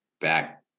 back